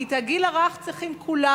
כי את החינוך בגיל הרך צריכים כולם,